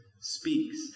speaks